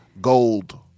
gold